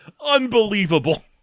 unbelievable